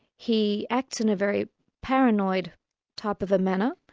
he acts in a very paranoid type of a manner,